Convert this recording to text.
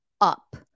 up